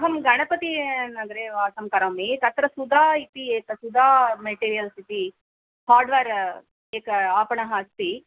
अहं गणपति नगरे वासं करोमि तत्र सुधा इति एक सुधा मेटीरियल्स् अस्ति हार्ड्वेर् एकः आपणः अस्ति